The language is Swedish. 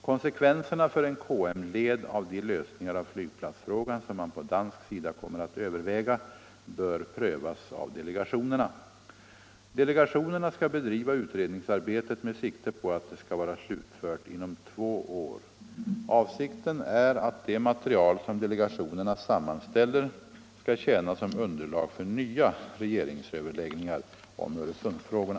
Konsekvenserna för en KM-led av de lösningar av flygplatsfrågan som man på dansk sida kommer att överväga bör prövas av delegationerna. Delegationerna skall bedriva utredningsarbetet med sikte på att det skall vara slutfört inom två år. Avsikten är att det material som delegationerna sammanställer skall tjäna som underlag för nya regeringsöverläggningar om Öresundsfrågorna.